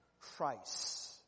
Christ